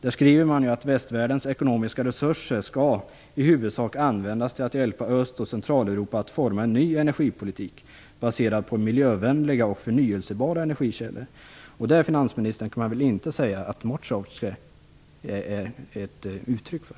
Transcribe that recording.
Man skriver att västvärldens ekonomiska resurser i huvudsak skall användas till att hjälpa Öst och Centraleuropa att forma en ny energipolitik baserad på miljövänliga och förnyelsebara energikällor. Det, finansministern, kan man väl inte säga att Mochovce är ett uttryck för.